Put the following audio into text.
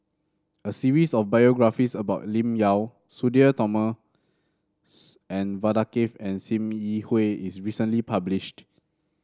a series of biographies about Lim Yau Sudhir Thomas and Vadaketh and Sim Yi Hui was recently published